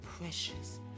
precious